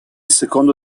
secondo